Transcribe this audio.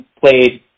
played